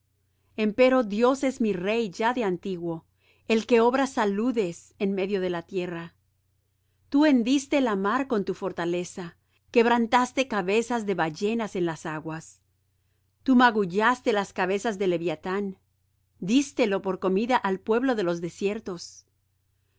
seno empero dios es mi rey ya de antiguo el que obra saludes en medio de la tierra tú hendiste la mar con tu fortaleza quebrantaste